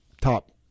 top